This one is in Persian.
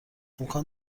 امکان